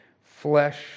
flesh